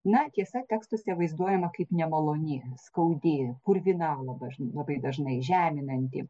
na tiesa tekstuose vaizduojama kaip nemaloni skaudi purvina labai dažnai labai dažnai žeminanti